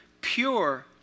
Pure